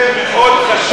זה נושא מאוד חשוב.